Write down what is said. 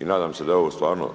I nadam se da je ovo stvarno